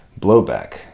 Blowback